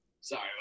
Sorry